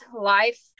life